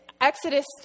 Exodus